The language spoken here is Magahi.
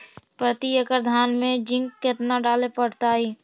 प्रती एकड़ धान मे जिंक कतना डाले पड़ताई?